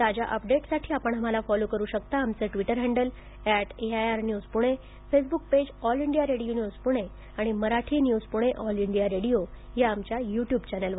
ताज्या अपडेट्ससाठी आपण आम्हाला फॉलो करु शकता आमचं Twitter handle at AIR news Pune Facebook page All India Radio News Pune आणि Marathi news Pune All India Radio या आमच्या युट्युब चॅनेलवर